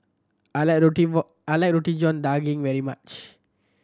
I like roti I like Roti John Daging very much